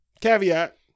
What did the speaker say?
caveat